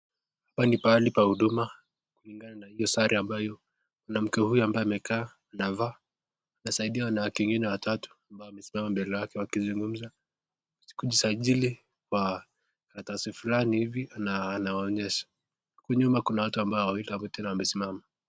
Hapa ni pahali pa huduma kulingana na hiyo sare ambayo mwanamke huyu ambaye amekaa amevaa, anasaidia wanawake wengine watatu ambao wamesimama mbele yake wakizungumza kujisajili kwa karatasi flani hivi na anawaonyesha huku nyuma kuna watu wawili ambao wamesimama.